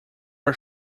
are